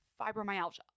Fibromyalgia